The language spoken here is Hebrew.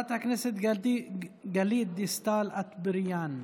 חברת הכנסת גלית דיסטל אטבריאן.